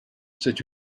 c’est